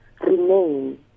remain